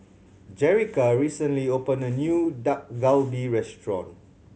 Jerrica recently opened a new Dak Galbi Restaurant